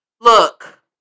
look